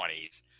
20s